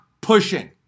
pushing